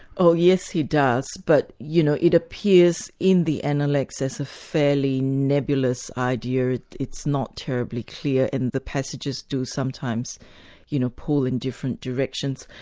oh yes, he does. but, you know, it appears in the analects as a fairly nebulous idea. it's not terribly clear and the passages do sometimes you know pull in different directions.